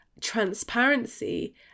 transparency